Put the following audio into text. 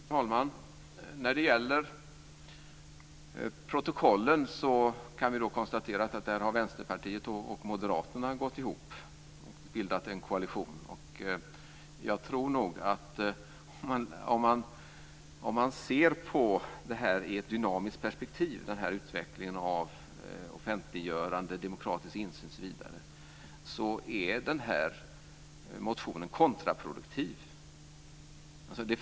Fru talman! När det gäller protokollen kan vi konstatera att Vänsterpartiet och Moderaterna har gått ihop och bildat en koalition. Jag tror nog att om man ser på denna utveckling av offentliggörande, demokratisk insyn, osv. i ett dynamiskt perspektiv så är denna reservation kontraproduktiv.